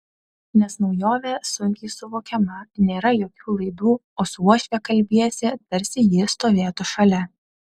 nes naujovė sunkiai suvokiama nėra jokių laidų o su uošve kalbiesi tarsi ji stovėtų šalia